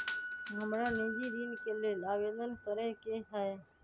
हमरा निजी ऋण के लेल आवेदन करै के हए